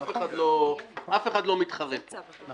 אך אחד לא מתחרה פה.